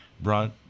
brought